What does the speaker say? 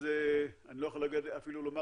אז אני לא יכול אפילו לומר